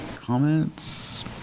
Comments